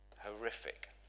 horrific